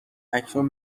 اکنون